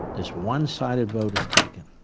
this one-sided vote is taken,